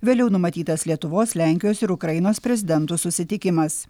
vėliau numatytas lietuvos lenkijos ir ukrainos prezidentų susitikimas